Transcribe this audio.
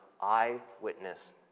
eyewitness